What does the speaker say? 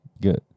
good